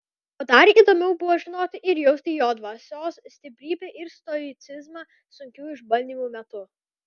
o dar įdomiau buvo žinoti ir jausti jo dvasios stiprybę ir stoicizmą sunkių išbandymų metu